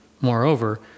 Moreover